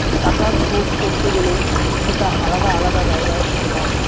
টাকার সোর্স করতে গেলে সেটা আলাদা আলাদা জায়গা থেকে হয়